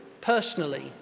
personally